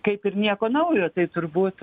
kaip ir nieko naujo tai turbūt